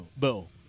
bill